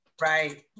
Right